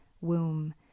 womb